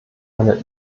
eine